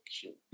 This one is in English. cute